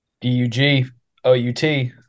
D-U-G-O-U-T